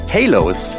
Halos